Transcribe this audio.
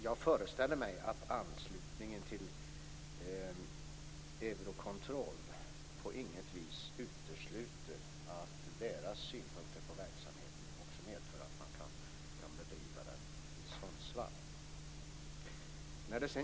Jag föreställer mig att anslutningen till Eurocontrol på inget vis utesluter att Eurocontrols synpunkter på verksamheten också medför att man kan bedriva den i Sundsvall.